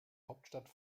hauptstadt